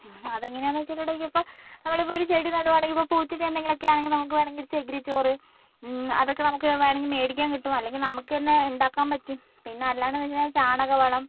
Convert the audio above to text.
അത് എങ്ങനയാണ് എന്ന് വെച്ചിട്ടുണ്ടേൽ ഇപ്പോൾ നമ്മൾ ഇപ്പോൾ ഒരു ചെടി നടുവാണെങ്കിൽ ഇപ്പോൾ ഉച്ചയ്ക്ക് എന്തെങ്കിലും ആണെങ്കിൽ നമുക്ക് വേണമെങ്കിൽ ചകിരി ചോറ് അതൊക്കെ നമുക്ക് വേണമെങ്കിൽ മേടിക്കാൻ കിട്ടും അല്ലെങ്കിൽ നമുക്ക് തന്നെ ഉണ്ടാക്കാൻ പറ്റും പിന്നെ അല്ലാണ്ട് പിന്നെ ചാണക വളം